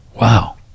Wow